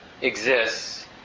exists